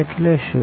એટલે શુ